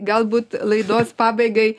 galbūt laidos pabaigai